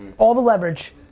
all the leverage,